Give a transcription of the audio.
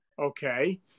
okay